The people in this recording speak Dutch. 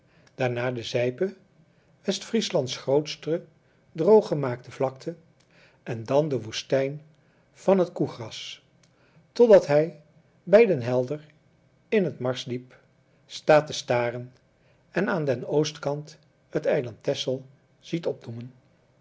daarna de zijpe westfrieslands grootste drooggemaakte vlakte en dan de woestijn van het koegras totdat hij bij den helder in het marsdiep staat te staren en aan den oostkant het eiland tessel ziet opdoemen